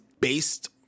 based